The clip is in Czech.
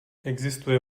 existuje